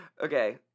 Okay